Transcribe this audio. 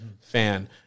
fan